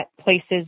places